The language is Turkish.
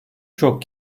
çok